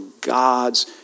God's